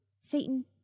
Satan